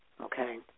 Okay